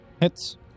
Hits